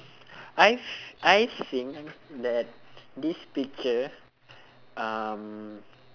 I I think that this picture um